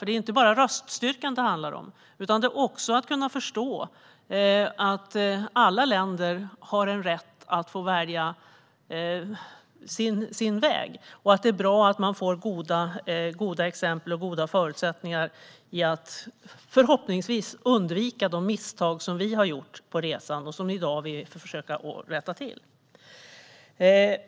Det är inte bara röststyrkan som det handlar om, utan det handlar också om att kunna förstå att alla länder har en rätt att få välja sin väg. Det är bra om man får goda exempel och förutsättningar för att - förhoppningsvis - undvika de misstag som vi har gjort och som vi i dag får försöka att rätta till.